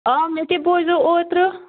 آ مےٚ تے بوٗزیٚو اوترٕ